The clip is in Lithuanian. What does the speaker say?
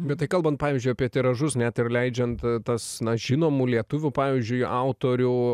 bet tai kalbant pavyzdžiui apie tiražus net ir leidžiant tas na žinomų lietuvių pavyzdžiui autorių